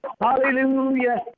Hallelujah